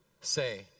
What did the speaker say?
say